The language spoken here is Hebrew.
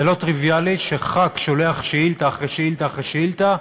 זה לא טריוויאלי שחבר כנסת שולח שאילתה אחרי שאילתה אחרי שאילתה,